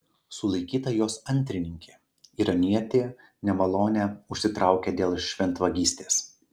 sulaikyta jos antrininkė iranietė nemalonę užsitraukė dėl šventvagystės